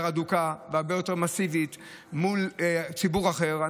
הדוקה והרבה יותר מסיבית מול ציבור אחר,